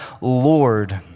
Lord